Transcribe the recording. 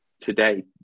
today